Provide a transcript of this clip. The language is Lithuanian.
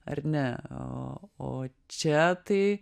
ar ne o o čia tai